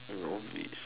no it's